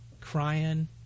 crying